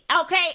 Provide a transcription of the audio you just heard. okay